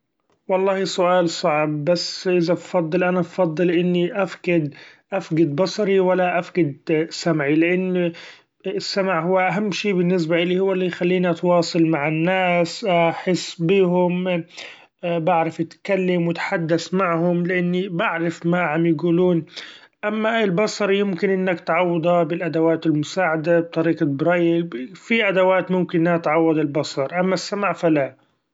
والله سؤال صعب بس إذا بفضل أنا بفضل إني أفقد- أفقد بصري ولا افقد سمعي; لأن السمع هو أهم شي بالنسبة إلي هو اللي يخليني اتواصل مع الناس أحس بيهم بعرف أتكلم وأتحدث معهم لإني بعرف ما عم يقولون ، أما أي البصر يمكن إنك تعوضها بالادوات المساعدة بطريقة برأيل في ادوات ممكن إنها تعوض البصر اما السمع فلا.